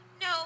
No